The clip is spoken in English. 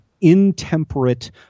intemperate